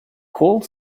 cold